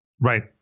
Right